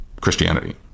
Christianity